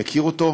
מכיר אותו,